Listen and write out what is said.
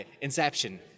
Inception